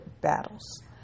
battles